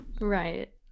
Right